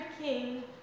king